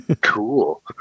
Cool